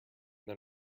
than